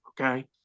okay